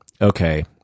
okay